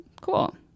Cool